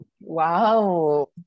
Wow